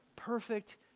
perfect